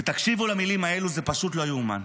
ותקשיבו למילים האלה, זה פשוט לא ייאמן,